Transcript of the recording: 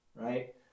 Right